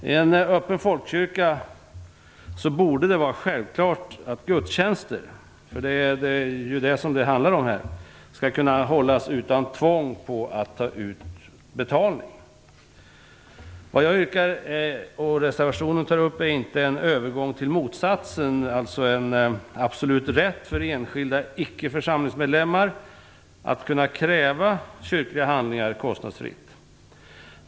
I en öppen folkkyrka borde det vara självklart att gudstjänster - det handlar ju om sådana - skall kunna hållas utan tvång på att man skall ta ut betalning. I reservationen tas inte någon övergång till motsatsen upp, dvs. en absolut rätt för enskilda icke församlingsmedlemmar att kräva kyrkliga handlingar kostnadsfritt.